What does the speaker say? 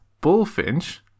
Bullfinch